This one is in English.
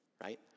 right